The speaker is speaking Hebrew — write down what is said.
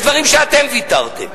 יש דברים שאתם ויתרתם.